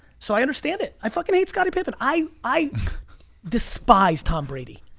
so i understand it. i fucking hate scotty pippin. i i despise tom brady.